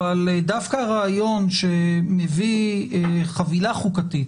אבל דווקא הרעיון שמביא חבילה חוקתית